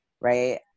right